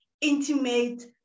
intimate